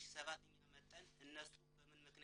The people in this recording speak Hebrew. נשארו שם.